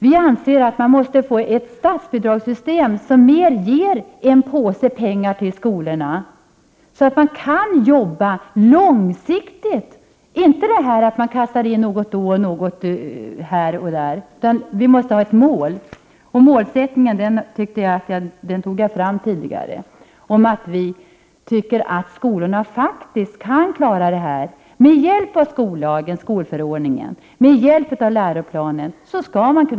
Vi anser att det behövs ett statsbidragssystem som ger en påse pengar till skolorna, så att man kan arbeta långsiktigt. Det skall inte vara så att något kastas in då och då och här eller där, utan vi måste ha ett mål. Målsättningen tycker jag att jag tog fram tidigare. Vi tycker faktiskt att detta skall kunna klaras ute på skolorna, med hjälp av skollagen, skolförordningen och läroplanen.